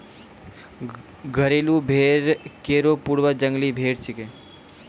घरेलू भेड़ केरो पूर्वज जंगली भेड़ छिकै